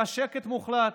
היה שקט מוחלט.